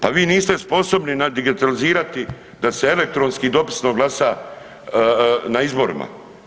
Pa vi niste sposobni nadigitalizirati da se elektronski i dopisno glasa na izborima.